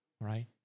right